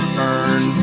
burn